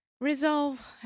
resolve